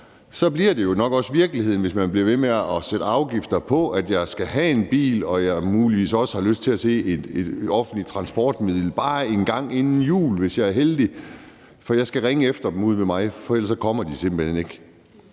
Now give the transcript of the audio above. så bliver det nok også virkeligheden, hvis man bliver ved med at lægge afgifter på det, at jeg skal have en bil, og at jeg muligvis også har lyst til at se et offentligt transportmiddel bare én gang inden jul, hvis jeg er heldig. For jeg skal ringe efter dem ude ved mig, for ellers kommer de simpelt hen ikke.